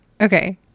Okay